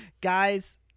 Guys